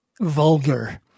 vulgar